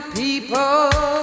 people